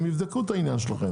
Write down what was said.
הם יבדקו את העניין שלכם.